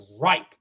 ripe